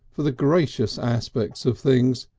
for the gracious aspects of things,